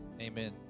Amen